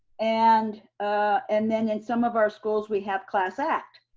and and then in some of our schools we have class act.